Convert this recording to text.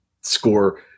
score